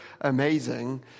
amazing—